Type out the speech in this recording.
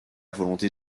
volonté